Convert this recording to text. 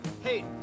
Hey